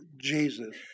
Jesus